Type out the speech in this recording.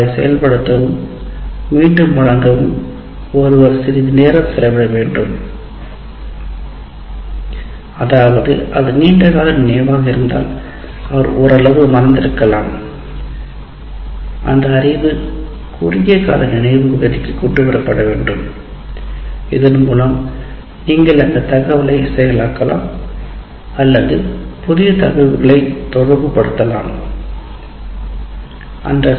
அதை செயல்படுத்தவும் மீண்டும் வழங்கவும் ஒருவர் சிறிது நேரம் செலவிட வேண்டும் அதாவது அது நீண்ட காலமாக நினைவாக இருந்தால் அவர் ஓரளவு மறந்திருக்கலாம் அந்த அறிவு குறுகிய கால நினைவு பகுதிக்கு கொண்டு வரப்பட வேண்டும் இதன் மூலம் நீங்கள் அந்த தகவலை செயலாக்கலாம் அல்லது புதிய தகவல்களை தொடர்புபடுத்தலாம் அந்த